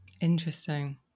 Interesting